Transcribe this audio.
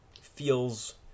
feels